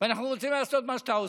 ואנחנו רוצים לעשות מה שאתה עושה?